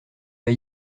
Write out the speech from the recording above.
pas